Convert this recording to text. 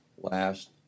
last